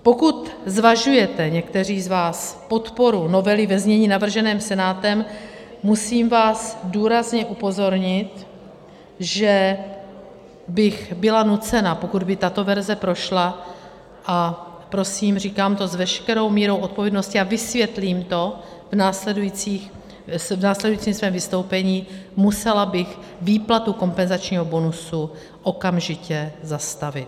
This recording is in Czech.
Pokud zvažujete někteří z vás podporu novely ve znění navrženém Senátem, musím vás důrazně upozornit, že bych byla nucena, pokud by tato verze prošla a prosím, říkám to s veškerou mírou odpovědnosti a vysvětlím to v následujícím svém vystoupení musela bych výplatu kompenzačního bonusu okamžitě zastavit.